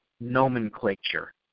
nomenclature